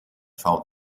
found